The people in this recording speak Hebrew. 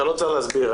אתה לא צריך להסביר.